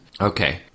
Okay